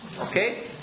Okay